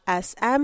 SM